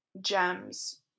gems